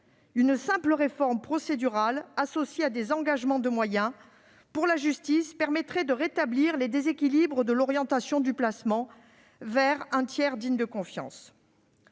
Une simple réforme procédurale, associée à des engagements en termes de moyens pour la justice, permettrait de rétablir les déséquilibres et d'orienter davantage les placements vers les tiers dignes de confiance.